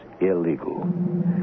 illegal